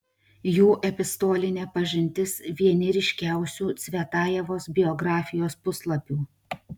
jų epistolinė pažintis vieni ryškiausių cvetajevos biografijos puslapių